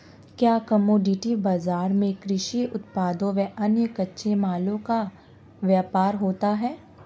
क्या कमोडिटी बाजार में कृषि उत्पादों व अन्य कच्चे मालों का व्यापार होता है?